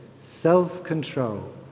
self-control